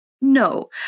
no